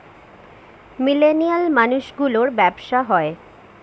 millennial মানুষ গুলোর ব্যাবসা হয়